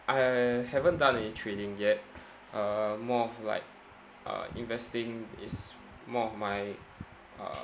I haven't done any trading yet uh more of like uh investing is more of my uh